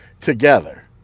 together